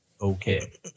okay